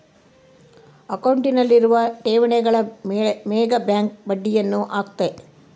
ಅಕೌಂಟ್ನಲ್ಲಿರುವ ಠೇವಣಿಗಳ ಮೇಗ ಬ್ಯಾಂಕ್ ಬಡ್ಡಿಯನ್ನ ಹಾಕ್ಕತೆ